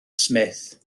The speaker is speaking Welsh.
smith